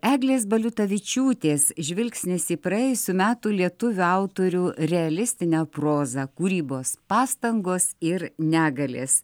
eglės baliutavičiūtės žvilgsnis į praėjusių metų lietuvių autorių realistinę prozą kūrybos pastangos ir negalės